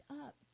up